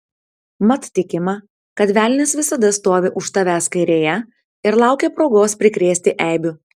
mat tikima kad velnias visada stovi už tavęs kairėje ir laukia progos prikrėsti eibių